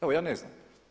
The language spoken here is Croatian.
Evo ja ne znam.